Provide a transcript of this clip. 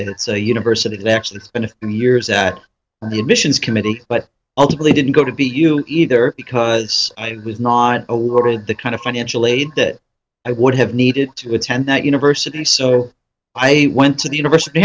and it's a university that actually has been of years at the admissions committee but ultimately didn't go to be you either because i was not awarded the kind of financial aid that i would have needed to attend that university so i went to the university